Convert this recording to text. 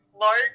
large